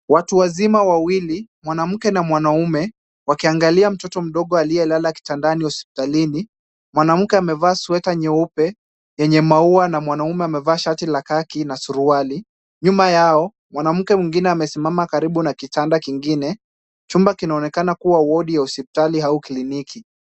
Watu wazima wawili mwanamke na mwanaume wakiangalia mtoto mdogo aliyelala kitandani hospitalini . Mwanamke amevaa sweta nyeupe yenye maua na mwanaume amaevaa shati la kaki na suruali. Nyuma yao, mwanamke mwengine amesimama karibu na kitanda kingine. Chumba kinachoonekana kuwa wodi ya hospitali au kliniki.